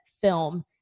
film